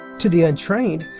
to the untrained,